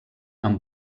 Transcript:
amb